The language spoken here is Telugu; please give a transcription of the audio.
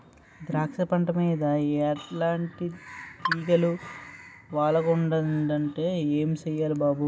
ద్రాక్ష పంట మీద ఎలాటి ఈగలు వాలకూడదంటే ఏం సెయ్యాలి బాబూ?